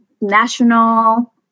national